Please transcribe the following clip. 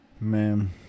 Man